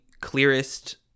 clearest